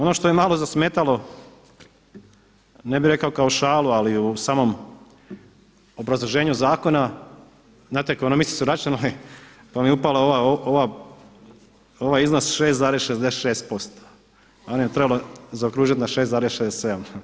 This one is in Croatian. Ono što je malo zasmetalo ne bih rekao kao šalu, ali u samom obrazloženju zakona znate ekonomisti su računali pa mi upao ovaj iznos 6,66% trebalo je zaokružiti na 6,67.